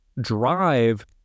drive